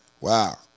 Wow